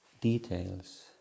details